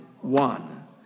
one